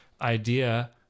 idea